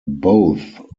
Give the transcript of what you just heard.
both